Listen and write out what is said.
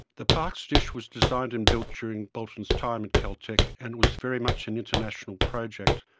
the parkes dish was designed and built during bolton's time at caltech and it was very much an international project.